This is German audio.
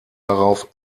darauf